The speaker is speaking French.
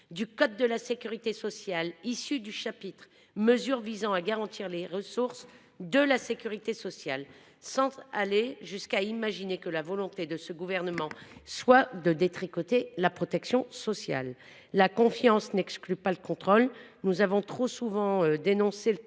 du code de la sécurité sociale, issu du chapitre « Mesures visant à garantir les ressources de la sécurité sociale ». Sans aller jusqu’à imaginer que la volonté de ce gouvernement soit de détricoter la protection sociale, la confiance n’exclut pas le contrôle. Nous avons trop souvent dénoncé le